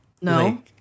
No